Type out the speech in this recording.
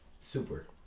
super